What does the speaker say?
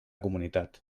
comunitat